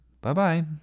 Bye-bye